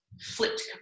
flipped